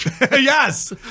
Yes